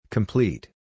Complete